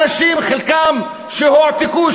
אנשים שחלקם הועתקו,